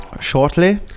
Shortly